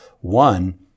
one